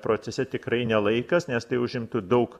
procese tikrai ne laikas nes tai užimtų daug